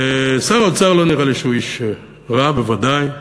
שר האוצר, לא נראה לי שהוא איש רע, בוודאי.